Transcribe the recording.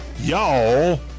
Y'all